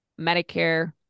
Medicare